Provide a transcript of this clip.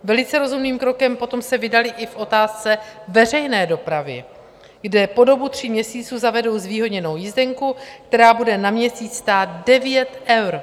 Velice rozumným krokem se potom vydali i v otázce veřejné dopravy, kde po dobu tří měsíců zavedou zvýhodněnou jízdenku, která bude na měsíc stát 9 eur.